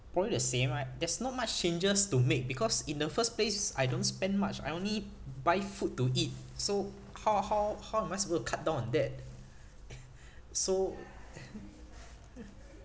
probably the same I there's not much changes to make because in the first place I don't spend much I only buy food to eat so how how how am I supposed to cut down on that so